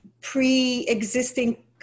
pre-existing